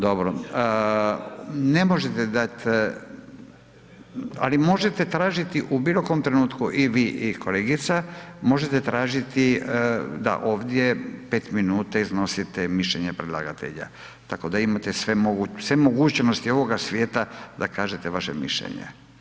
Dobro. … [[Upadica sa strane, ne razumije se.]] Ne možete dat ali možete tražiti u bilokom trenutku i vi i kolegica, možete tražiti da ovdje 5 min iznosite mišljenje predlagatelja tako da imate sve mogućnosti ovoga svijeta da kažete vaše mišljenje.